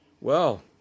Well